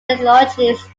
technologies